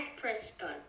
Prescott